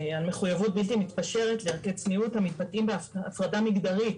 על מחויבות בלתי מתפשרת לערכי צניעות המתבטאים בהפרדה מגדרית